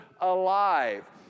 alive